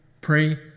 pray